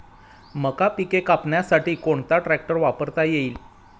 मका पिके कापण्यासाठी कोणता ट्रॅक्टर वापरता येईल?